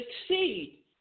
succeed